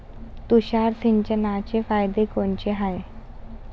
तुषार सिंचनाचे फायदे कोनचे हाये?